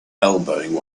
elbowing